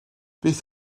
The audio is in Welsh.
beth